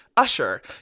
Usher